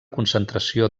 concentració